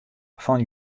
fan